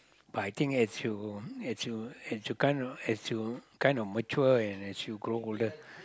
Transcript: but I think as you as you as you kind of as you kind of mature and as you grow older